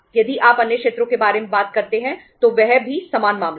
यदि आप अन्य क्षेत्रों के बारे में बात करते हैं तो वह भी समान मामला था